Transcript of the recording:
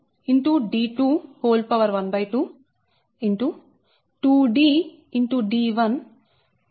1213